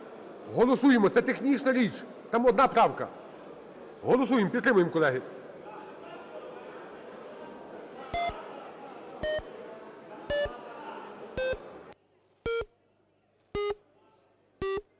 Голосуємо, це технічна річ, там одна правка. Голосуємо, підтримуємо, колеги.